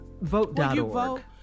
Vote.org